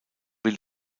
will